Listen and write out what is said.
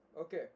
Okay